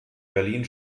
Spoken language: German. berlin